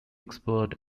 expert